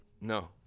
no